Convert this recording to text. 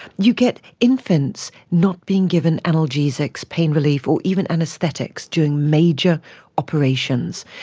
you get infants not being given analgesics, pain relief or even anaesthetics during major operations.